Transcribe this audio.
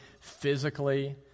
physically